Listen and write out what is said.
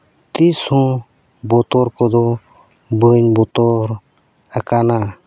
ᱛᱤᱥ ᱦᱚᱸ ᱵᱚᱛᱚᱨ ᱠᱚᱫᱚ ᱵᱟᱹᱧ ᱵᱚᱛᱚᱨ ᱟᱠᱟᱱᱟ